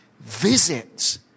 visit